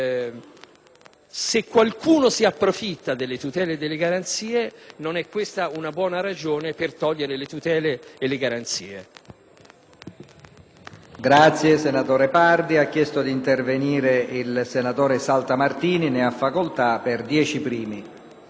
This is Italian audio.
Se qualcuno si approfitta delle tutele e delle garanzie, non è questa una buona ragione per togliere le tutele e le garanzie.